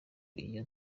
iyo